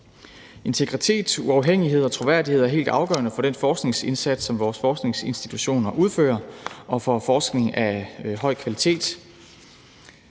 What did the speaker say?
Integritet, uafhængighed og troværdighed er helt afgørende for den forskningsindsats, som vores forskningsinstitutioner udfører, og for en forskning af høj kvalitet.